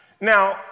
Now